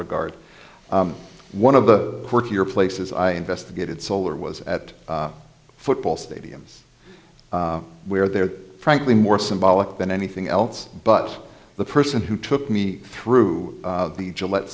regard one of the places i investigated solar was at a football stadium where they're frankly more symbolic than anything else but the person who took me through the gillette